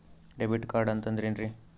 Debit card ಅಂತಂದ್ರೆ ಏನ್ರೀ?